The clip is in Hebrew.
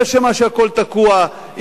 היא אשמה שהכול תקוע.